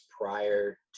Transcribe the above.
prior